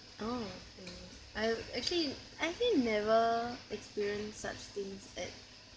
orh okay I actually I actually never experienced such things at